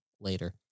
later